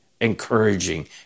encouraging